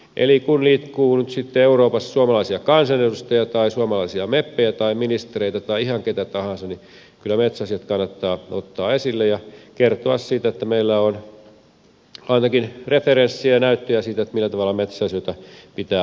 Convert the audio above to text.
eli kun liikkuu nyt sitten euroopassa suomalaisia kansanedustajia tai suomalaisia meppejä tai ministereitä tai ihan ketä tahansa niin kyllä metsäasiat kannattaa ottaa esille ja kertoa siitä että meillä on ainakin referenssiä ja näyttöä siitä millä tavalla metsäasioita pitää hoitaa